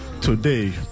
today